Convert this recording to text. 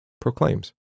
proclaims